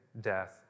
death